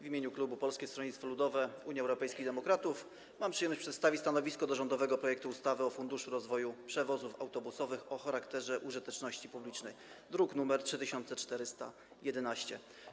W imieniu klubu Polskie Stronnictwo Ludowe - Unia Europejskich Demokratów mam przyjemność przedstawić stanowisko wobec rządowego projektu ustawy o Funduszu rozwoju przewozów autobusowych o charakterze użyteczności publicznej, druk nr 3411.